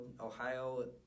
Ohio